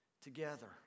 together